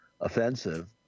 offensive